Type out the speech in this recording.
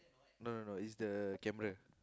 no no no is the camera